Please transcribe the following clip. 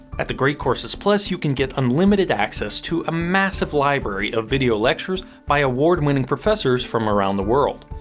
at the great courses plus you can get unlimited access to a massive library of video lectures by award-winning professors from around the world.